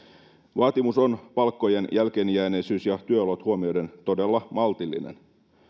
vaatimus on palkkojen jälkeenjääneisyys ja työolot huomioiden todella maltillinen